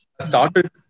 started